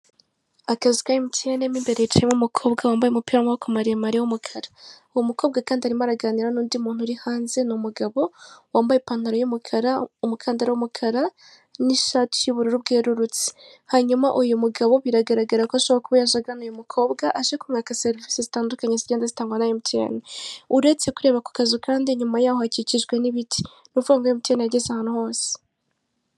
Akazu ka emutiyene mo imbere hicayemo umukobwa wamabaye umupira w'amaboko maremare w'umukara uwo mukobwa kandi arimo araganinira n'undi muntu uri hanze n'umugabo wambaye ipantaro y'umukara, umukandara w'umukara n'ishati bwerurutse hanyuma uyu mugabo biragaragara ko ashobora kuba yaje agana uyu mukobwa aje kumwaka serivise zitandukanye zigenda zitangwa na emutiyene, uretse kureba ako kazu kandi inyuma yaho hakikijwe n'ibiti ni ukuvugango emutiyene yageze ahantu hose.